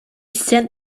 sent